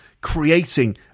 creating